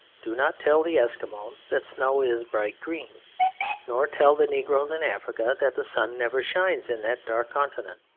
do not tell the eskimos that snow is bright green nor tell the negroes in africa that the sun never shines in that dark continent.